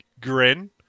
grin